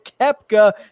Kepka